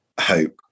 hope